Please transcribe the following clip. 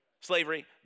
slavery